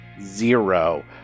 Zero